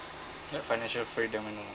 ya financial freedom I know